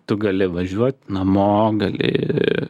tu gali važiuoti namo gali